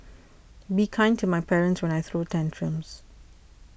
be kind to my parents when I throw tantrums